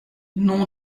nom